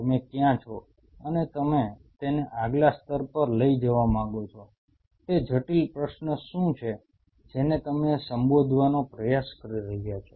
તમે ક્યાં છો અને તમે તેને આગલા સ્તર પર લઈ જવા માંગો છો તે જટિલ પ્રશ્ન શું છે જેને તમે સંબોધવાનો પ્રયાસ કરી રહ્યા છો